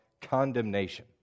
condemnation